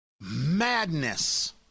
madness